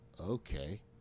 okay